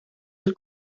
del